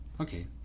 Okay